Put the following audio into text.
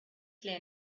clear